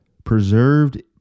Preserved